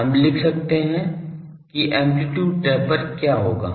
तो हम लिख सकते हैं कि एम्पलीटूड टेपर क्या होगा